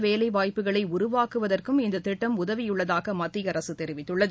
வேலைவாய்ப்புக்களைஉருவாக்குவதற்கும் இந்ததிட்டம் சுய உதவியுள்ளதாகமத்தியஅரசுதெரிவித்துள்ளது